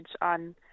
on